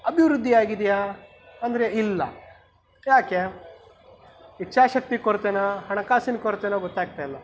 ಅಭಿವೃದ್ಧಿ ಆಗಿದೆಯಾ ಅಂದರೆ ಇಲ್ಲ ಯಾಕೆ ಇಚ್ಛಾಶಕ್ತಿ ಕೊರತೆನಾ ಹಣಕಾಸಿನ ಕೊರತೆನಾ ಗೊತ್ತಾಗ್ತಾ ಇಲ್ಲ